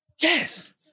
Yes